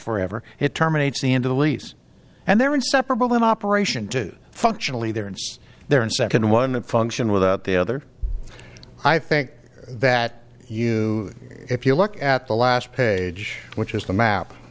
forever it terminates the end of the lease and they're inseparable the operation to functionally there ends there and second one function without the other i think that you if you look at the last page which is the map